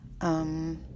Um